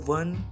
one